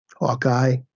Hawkeye